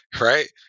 right